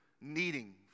needing